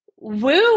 woo